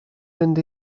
mynd